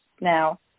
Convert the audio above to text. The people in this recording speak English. now